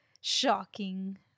shocking